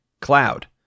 Cloud